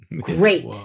great